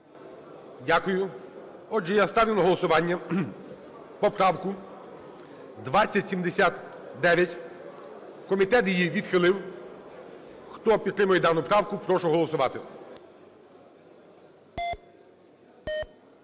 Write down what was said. Дякую. Отже, я ставлю на голосування поправку 2079. Комітет її відхилив. Хто підтримує дану правку, прошу голосувати.